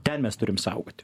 ten mes turim saugoti